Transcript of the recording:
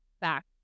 back